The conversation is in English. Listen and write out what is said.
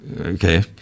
okay